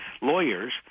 lawyers